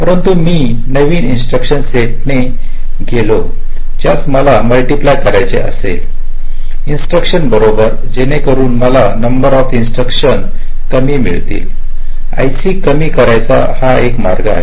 परंतु मी नवीन इन्स्ट्रक्शन सेट किे गेले ज्यास मला मल्टिप्लाय कराचे लागेल इन्स्ट्रक्शन्स बरोबर जेणेकरून मला नंबर ऑफ इन्स्ट्रक्शन कमी मिळतील आयसी कमी करण्याचा हा एक मार्ग आहे